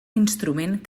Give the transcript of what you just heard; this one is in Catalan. instrument